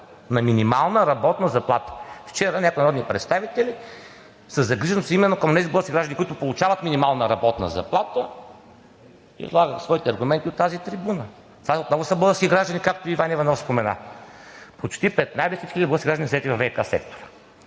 На минимална работна заплата! Вчера някои народни представители със загриженост именно към онези български граждани, които получават минимална работна заплата, излагат своите аргументи от тази трибуна. Това отново са български граждани, както Иван Иванов спомена. Почти 15 000 български граждани са заети във ВиК сектора.